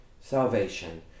salvation